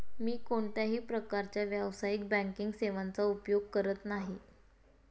मी कोणत्याही प्रकारच्या व्यावसायिक बँकिंग सेवांचा उपयोग करत नाही